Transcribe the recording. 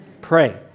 Pray